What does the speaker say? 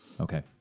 Okay